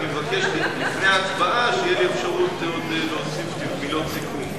אני מבקש שלפני ההצבעה תהיה לי אפשרות עוד להוסיף מילות סיכום.